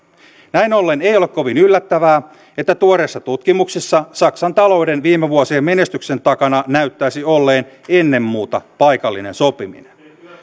näin ollen ei ole kovin yllättävää että tuoreissa tutkimuksissa saksan talouden viime vuosien menestyksen takana näyttäisi olleen ennen muuta paikallinen sopiminen